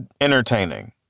entertaining